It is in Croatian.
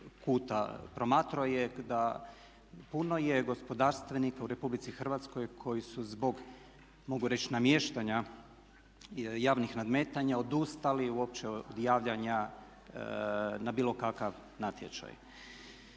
kuta promatrao je da puno je gospodarstvenika u RH koji su zbog mogu reći namještanja javnih nadmetanja odustali uopće od javljanja na bilo kakav natječaj.